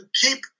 keep